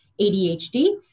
ADHD